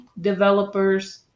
developers